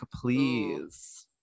Please